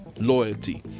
loyalty